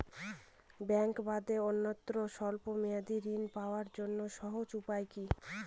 ব্যাঙ্কে বাদে অন্যত্র স্বল্প মেয়াদি ঋণ পাওয়ার জন্য সহজ উপায় কি?